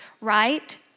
right